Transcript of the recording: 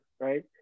right